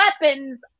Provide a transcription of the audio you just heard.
weapons